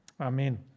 Amen